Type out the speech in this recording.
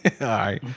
right